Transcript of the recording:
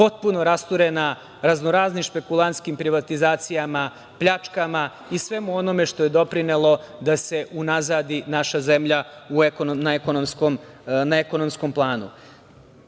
potpuno rasturena raznoraznim špekulantskim privatizacijama, pljačkama i svemu onome što je doprinelo da se unazadi naša zemlja na ekonomskom